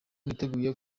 niteguye